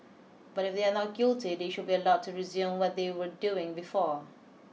but if they are not guilty they should be allowed to resume what they were doing before